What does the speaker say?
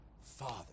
Father